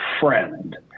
friend